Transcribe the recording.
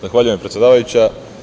Zahvaljujem, predsedavajuća.